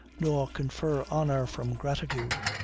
nor confer honor from gratitude.